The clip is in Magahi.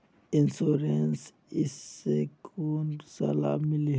इंश्योरेंस इस से कोन सा लाभ मिले है?